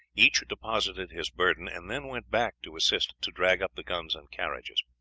each deposited his burden, and then went back to assist to drag up the guns and carriages.